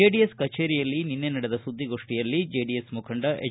JDS ಕಚೇರಿಯಲ್ಲಿ ನಿನ್ನೆ ನಡೆದ ಸುದ್ದಿಗೋಷ್ಠಿಯಲ್ಲಿ ಜೆಡಿಎಸ್ ಮುಖಂಡ ಎಚ್